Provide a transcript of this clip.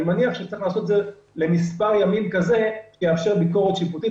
אני מניח שצריך לעשות את זה למספר ימים כזה שיאפשר ביקורת שיפוטית.